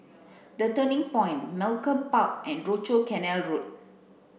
the Turning Point Malcolm Park and Rochor Canal Road